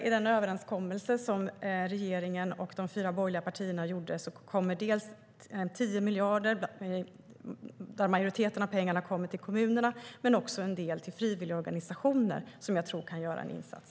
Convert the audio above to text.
I överenskommelsen mellan regeringen och de fyra borgerliga partierna finns 10 miljarder, där majoriteten av pengarna går till kommunerna och en del till frivilligorganisationer som kan göra en insats.